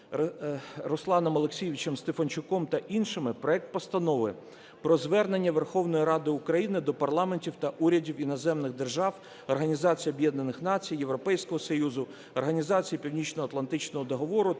Русланом Олексійовичем Стефанчуком та іншими проект Постанови про Звернення Верховної Ради України до парламентів та урядів іноземних держав, Організації Об'єднаних Націй, Європейського Союзу, Організації Північноатлантичного договору